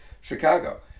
Chicago